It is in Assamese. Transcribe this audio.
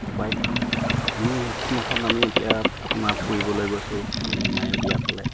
বাইকখন আমি সেইদিনাখন আমি এতিয়া আপোনাৰ ফুৰিবলৈ গৈছোঁ আপুনি মায়োদিয়া ফালে